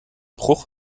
bruch